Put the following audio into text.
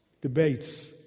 Debates